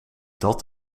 dat